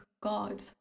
God